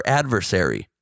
adversary